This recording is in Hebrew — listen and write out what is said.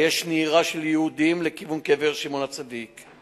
שבה יש נהירה של יהודים לכיוון קבר שמעון הצדיק,